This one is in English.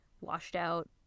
washed-out